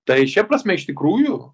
tai šia prasme iš tikrųjų